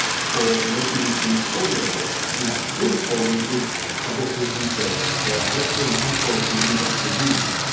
for listening to audiobooks. now, read it for me is a book review service. they're excellent high-quality, in-depth reviews,